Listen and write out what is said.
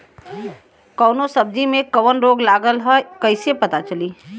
कौनो सब्ज़ी में कवन रोग लागल ह कईसे पता चली?